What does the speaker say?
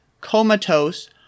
Comatose